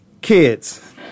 kids